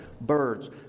birds